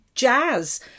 Jazz